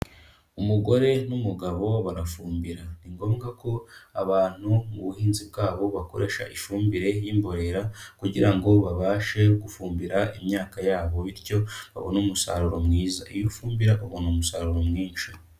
Umugore n'umugabo barafumbira, ni ngombwa ko abantu mu buhinzi bwabo bakoresha ifumbire y'imborera kugira ngo babashe gufumbira imyaka yabo bityo babone umusaruro mwiza, iyo ufumbira ubona umusaruro mwinshi.